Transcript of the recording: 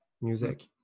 Music